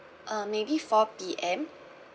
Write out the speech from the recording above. uh maybe four P_M